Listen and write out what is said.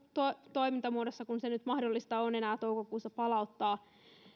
toimintamuodoissa kuin se nyt mahdollista on enää toukokuussa palauttaa